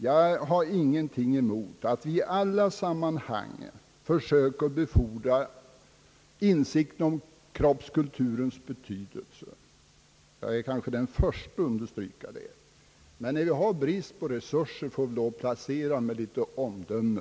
Jag har ingenting emot att vi i alla sammanhang försöker befordra insikten om kroppskulturens betydelse — jag är kanske den förste att understryka det — men när det råder brist på resurser får vi placera pengarna med lite omdöme.